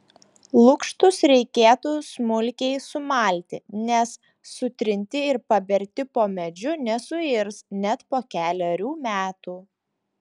lukštus reikėtų smulkiai sumalti nes sutrinti ir paberti po medžiu nesuirs net po kelerių metų